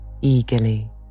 eagerly